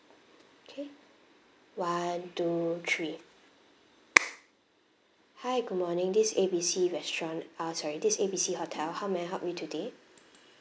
okay one two three hi good morning this A B C restaurant uh sorry this A B C hotel how may I help you today